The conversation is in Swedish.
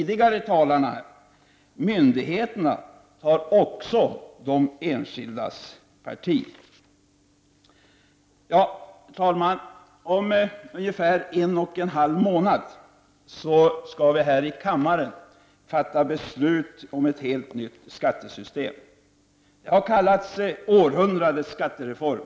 Detta har inte kommit fram tidigare. Herr talman! Om cirka en och en halv månad skall vi här i kammaren fatta beslut om ett helt nytt skattesystem. Det har kallats århundradets skattereform.